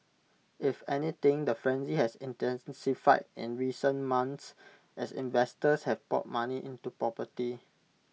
if anything the frenzy has intensified in recent months as investors have poured money into property